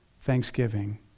thanksgiving